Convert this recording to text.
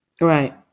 Right